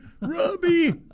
Robbie